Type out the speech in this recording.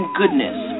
goodness